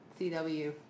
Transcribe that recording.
CW